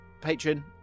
patron